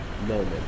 moment